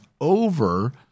over